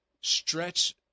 stretch